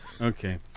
Okay